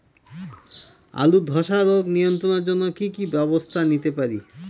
আলুর ধ্বসা রোগ নিয়ন্ত্রণের জন্য কি কি ব্যবস্থা নিতে পারি?